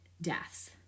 deaths